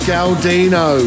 Galdino